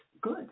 good